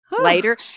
later